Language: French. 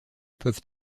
peuvent